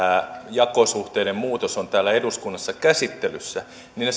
jakosuhteiden muutos on täällä eduskunnassa käsittelyssä niille